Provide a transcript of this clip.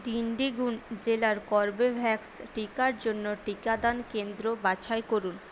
ডিন্ডিগুন জেলায় কর্বেভ্যাক্স টিকার জন্য টিকাদান কেন্দ্র বাছাই করুন